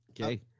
Okay